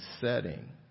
setting